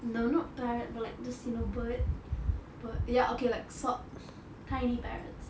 no not parrots like just you bird like you know soft tiny parrots